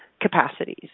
capacities